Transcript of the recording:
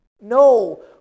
No